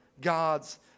God's